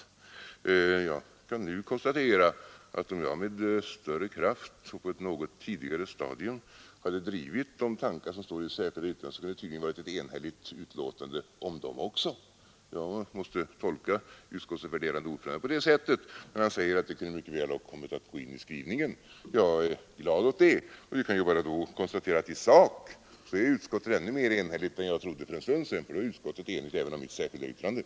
Jag kan nu konstatera att om jag med större kraft och på ett något tidigare stadium hade drivit de tankar som står i det särskilda yttrandet så skulle det tydligen ha varit ett enhälligt betänkande om dem också. Jag måste tolka utskottets värderade ordförande på det sättet, när han säger att vad som står i det särskilda yttrandet mycket väl hade kunnat gå in i skrivningen. Jag är glad åt det. I sak är utskottet alltså ännu mera enhälligt än jag trodde för en stund sedan, ty då är utskottet enhälligt även om det särskilda yttrandet.